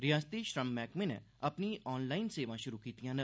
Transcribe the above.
रिआसती श्रम मैह्कमे नै अपनी ऑनलाईन सेवां शुरु कीतीआं न